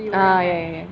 ah ya ya ya